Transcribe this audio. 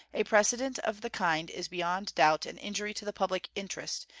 a precedent of the kind is beyond doubt an injury to the public interest,